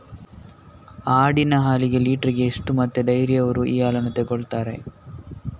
ಆಡಿನ ಹಾಲಿಗೆ ಲೀಟ್ರಿಗೆ ಎಷ್ಟು ಮತ್ತೆ ಡೈರಿಯವ್ರರು ಈ ಹಾಲನ್ನ ತೆಕೊಳ್ತಾರೆ?